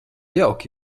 jauki